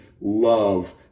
love